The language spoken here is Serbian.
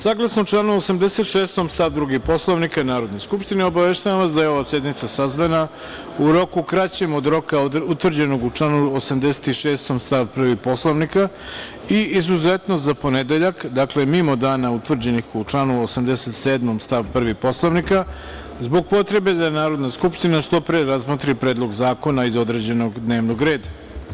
Saglasno članu 86. stav 2. Poslovnika Narodne skupštine, obaveštavam vas da je ova sednica sazvana u roku kraćem od roka utvrđenog u članu 86. stav 1. Poslovnika, i, izuzetno, za ponedeljak, dakle mimo dana utvrđenih u članu 87. stav 1. Poslovnika, zbog potrebe da Narodna skupština što pre razmotri Predlog zakona iz određenog dnevnog reda.